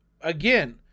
again